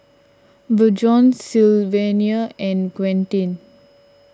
Bjorn Sylvania and Quentin